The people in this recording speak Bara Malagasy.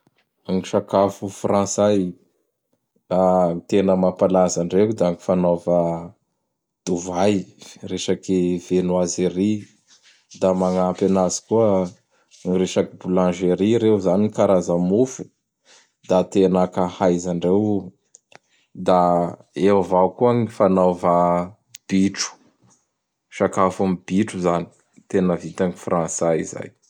Gn sakafo Frantsay: a gn tena mampalaza andreo da gn fanaova dovay, resaky vienoserie. Da magnampy anazy koa gn resaky bolangerie reo zany gn karaza mofo da tena akahaizandreo o. Da eo avao koa gn fanaova Bitro. Sakafo am bitro izany; tena vitan gn Frantsay zay.